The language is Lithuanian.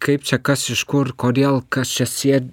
kaip čia kas iš kur kodėl kas čia sė